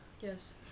Yes